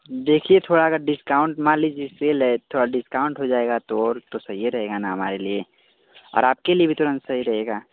देखिए थोड़ा अगर डिस्काउन्ट मान लीजिए सेल है थोड़ा डिस्काउन्ट हो जाएगा तो और सहिए रहेगा ना हमारे लिए और आपके लिए भी तो सही रहेगा